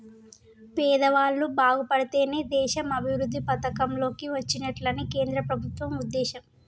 పేదవాళ్ళు బాగుపడితేనే దేశం అభివృద్ధి పథం లోకి వచ్చినట్లని కేంద్ర ప్రభుత్వం ఉద్దేశం